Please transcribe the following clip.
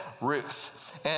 Ruth